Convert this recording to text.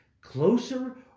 closer